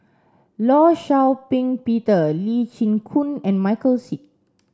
Law Shau Ping Peter Lee Chin Koon and Michael Seet